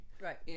Right